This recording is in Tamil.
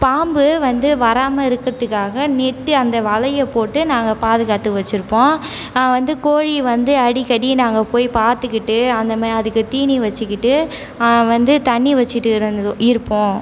பாம்பு வந்து வராமல் இருக்கிறதுக்காக நெட்டு அந்த வலையை போட்டு நாங்கள் பாதுகாத்து வச்சுருப்போம் நான் வந்து கோழி வந்து அடிக்கடி நாங்கள் போய் பார்த்துகிட்டு அந்தமே அதுக்கு தீனி வச்சுக்கிட்டு வந்து தண்ணி வச்சுட்டு இருந்துருப்போம்